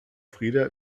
frida